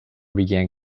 began